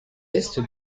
est